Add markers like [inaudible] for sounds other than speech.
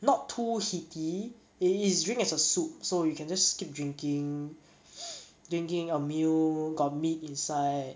not too heaty it is drink as a soup so you can just skip drinking [noise] drinking a meal got meat inside